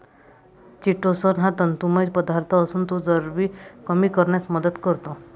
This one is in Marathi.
चिटोसन हा तंतुमय पदार्थ असून तो चरबी कमी करण्यास मदत करतो